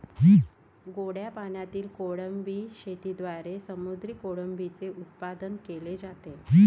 गोड्या पाण्यातील कोळंबी शेतीद्वारे समुद्री कोळंबीचे उत्पादन केले जाते